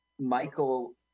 Michael